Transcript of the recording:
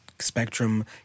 Spectrum